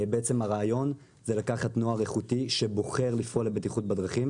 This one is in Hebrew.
בעצם הרעיון זה לקחת נוער איכותי שבוחר לפעול לבטיחות בדרכים,